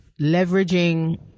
leveraging